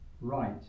right